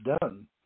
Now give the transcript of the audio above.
done